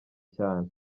cyane